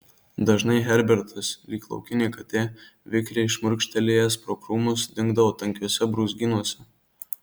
dažnai herbertas lyg laukinė katė vikriai šmurkštelėjęs pro krūmus dingdavo tankiuose brūzgynuose